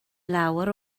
lawer